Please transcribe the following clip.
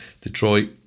Detroit